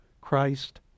Christ